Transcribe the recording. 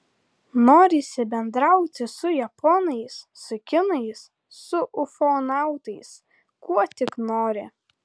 norisi bendrauti su japonais su kinais su ufonautais kuo tik nori